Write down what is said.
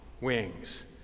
Wings